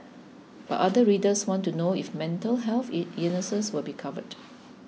but other readers want to know if mental health ill illnesses will be covered